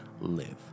live